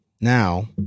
Now